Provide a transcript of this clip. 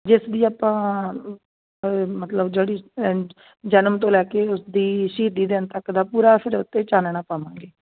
ਜਿਸ ਵੀ ਆਪਾਂ ਮਤਲਬ ਜਿਹੜੀ ਜਨਮ ਤੋਂ ਲੈ ਕੇ ਉਸਦੀ ਸ਼ਹੀਦੀ ਦਿਨ ਤੱਕ ਦਾ ਪੂਰਾ ਫਿਰ ਉਹ 'ਤੇ ਚਾਨਣਾ ਪਾਵਾਂਗੇ